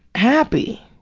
happy.